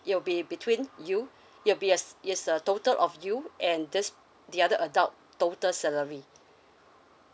it will be between you it will be a is a total of you and this the other adult's total salary